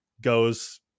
goes